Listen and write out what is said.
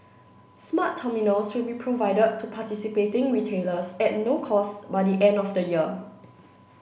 smart terminals will be provided to participating retailers at no cost by the end of the year